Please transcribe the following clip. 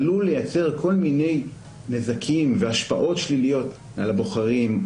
עלול לייצר כל מיני נזקים והשפעות שליליות על הבוחרים,